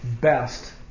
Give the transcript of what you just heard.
best